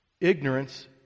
Ignorance